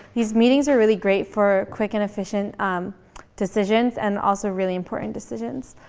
these meetings were really great for quick and efficient decisions, and also really important decisions.